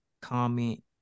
comment